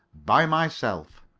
by myself.